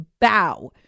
bow